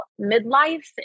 midlife